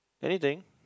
anything